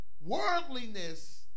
Worldliness